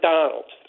Donald